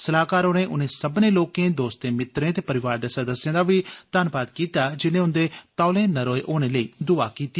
सलाहकार होरें उनें सब्बनें लोकें दोस्तें मितरें ते परोआर दे सदस्यें दा बी धन्नवाद कीता जिने उन्दे तौले नरोए होने लेई द्आ कीती